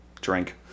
drink